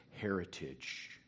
heritage